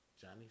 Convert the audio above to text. Johnny